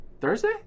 Thursday